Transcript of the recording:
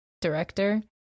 director